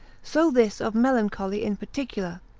so this of melancholy in particular.